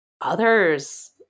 others